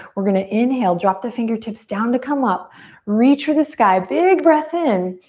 we're gonna inhale, drop the fingertips down to come up. reach for the sky, big breath in.